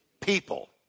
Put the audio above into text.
People